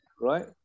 Right